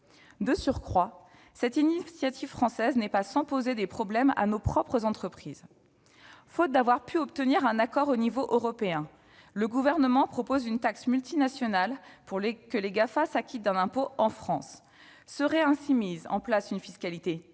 De surcroît, cette initiative française n'est pas sans poser de problèmes à nos propres entreprises. Faute d'avoir pu obtenir un accord à l'échelon européen, le Gouvernement propose une taxe nationale pour que les Gafa s'acquittent d'un impôt en France. Serait ainsi mise en place une fiscalité